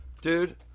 Dude